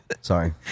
Sorry